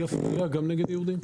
אי-אפליה גם נגד יהודים.